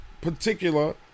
particular